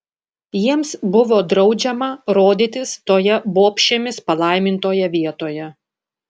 jiems buvo draudžiama rodytis toje bobšėmis palaimintoje vietoje